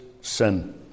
sin